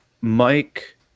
Mike